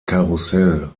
karussell